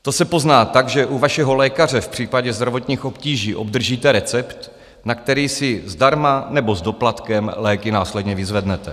To se pozná tak, že u vašeho lékaře v případě zdravotních obtíží obdržíte recept, na který si zdarma nebo s doplatkem léky následně vyzvednete.